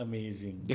Amazing